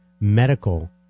medical